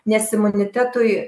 nes imunitetui